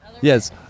Yes